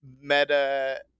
meta